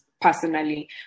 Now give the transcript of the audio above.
personally